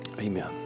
Amen